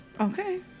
Okay